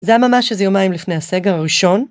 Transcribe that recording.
זה היה ממש איזה יומיים לפני הסגר הראשון.